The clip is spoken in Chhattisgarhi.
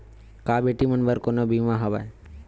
का बेटी मन बर कोनो बीमा हवय?